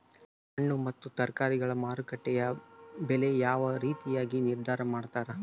ಹಣ್ಣು ಮತ್ತು ತರಕಾರಿಗಳ ಮಾರುಕಟ್ಟೆಯ ಬೆಲೆ ಯಾವ ರೇತಿಯಾಗಿ ನಿರ್ಧಾರ ಮಾಡ್ತಿರಾ?